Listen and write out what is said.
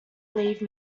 leave